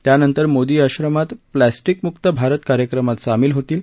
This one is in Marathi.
त्यानंतर मोदी आश्रमात प्लास्टिकमुक भारत कार्यक्रमात सामील होतील